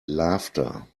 laughter